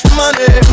money